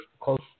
close